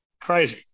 Crazy